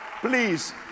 please